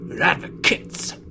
Advocates